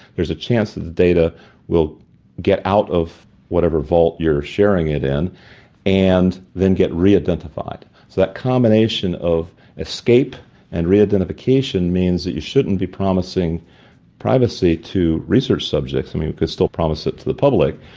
there's a chance that the data will get out of whatever vault you're sharing it in and then get re-identified. so that combination of escape and re-identification means that you shouldn't be promising privacy to research subjects. i mean, we could still promise it to the public,